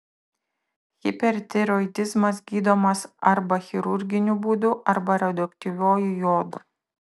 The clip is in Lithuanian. hipertiroidizmas gydomas arba chirurginiu būdu arba radioaktyviuoju jodu